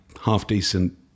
half-decent